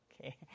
okay